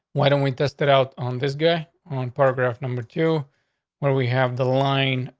why don't we test it out on this guy on paragraph number two when we have the line? ah,